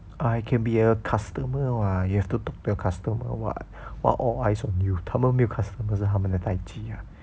I can be a customer [what] you have to talk to your customer [what] what all eyes on you 他们没有 customer 是他们的 tai chi ah